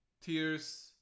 Tears